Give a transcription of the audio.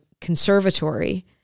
conservatory